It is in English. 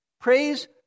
Praise